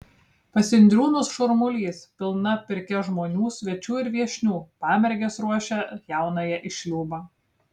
pas indriūnus šurmulys pilna pirkia žmonių svečių ir viešnių pamergės ruošia jaunąją į šliūbą